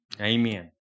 Amen